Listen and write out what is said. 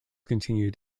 continued